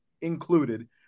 included